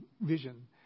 vision